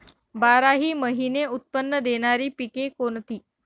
बाराही महिने उत्त्पन्न देणारी पिके कोणती?